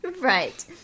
Right